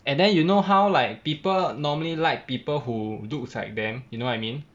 and then you know how like people normally like people who looks like them you know what I mean